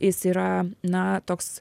jis yra na toks